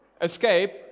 escape